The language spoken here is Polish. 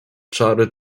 czary